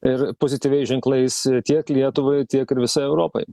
ir pozityviais ženklais tiek lietuvai tiek ir visai europai